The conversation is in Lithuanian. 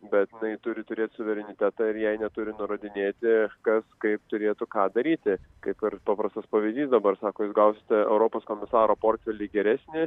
bet jinai turi turėt suverenitetą ir jai neturi nurodinėti kas kaip turėtų ką daryti kaip ir paprastas pavyzdys dabar sako jūs gausite europos komisaro portfelį geresnį